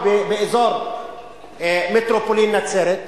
הקצאת קרקעות באזור מטרופולין נצרת,